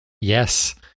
Yes